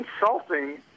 insulting